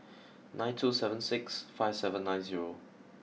nine two seven six five seven nine zero